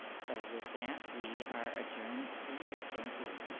so with that we are adjourned for the year, thank you.